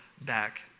back